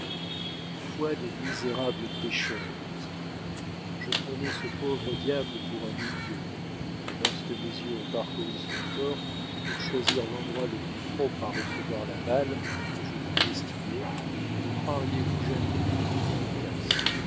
foi de misérable pécheur dit-il je prenais ce pauvre diable pour un mingo mais lorsque mes yeux ont parcouru son corps pour choisir l'endroit le plus propre à recevoir la balle que je lui destinais le croiriez-vous jamais